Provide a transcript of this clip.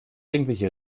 irgendwelche